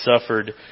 suffered